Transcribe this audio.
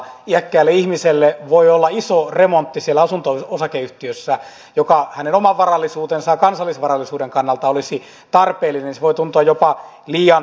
siellä asunto osakeyhtiössä voi olla iso remontti joka iäkkään ihmisen oman varallisuuden ja kansallisvarallisuuden kannalta olisi tarpeellinen ja se voi tuntua jopa liian pelottavalta